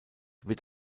wird